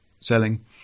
selling